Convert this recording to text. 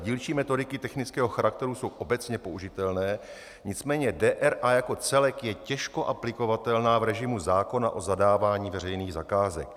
Dílčí metodiky technického charakteru jsou obecně použitelné, nicméně DRA jako celek je těžko aplikovatelná v režimu zákona o zadávání veřejných zakázek.